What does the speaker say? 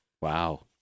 Wow